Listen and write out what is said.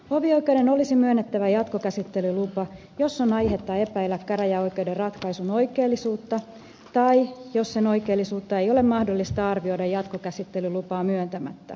hovioikeuden olisi myönnettävä jatkokäsittelylupa jos on aihetta epäillä käräjäoikeuden ratkaisun oikeellisuutta tai jos sen oikeellisuutta ei ole mahdollista arvioida jatkokäsittelylupaa myöntämättä